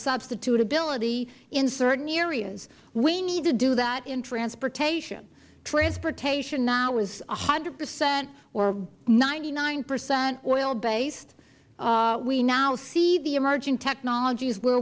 substitutability in certain areas we need to do that in transportation transportation is now one hundred percent or ninety nine percent oil based we now see the emerging technology where